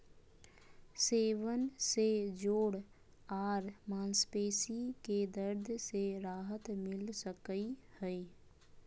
सेवन से जोड़ आर मांसपेशी के दर्द से राहत मिल सकई हई